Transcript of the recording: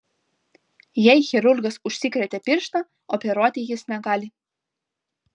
jei chirurgas užsikrėtė pirštą operuoti jis negali